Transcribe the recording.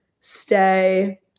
Stay